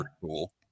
cool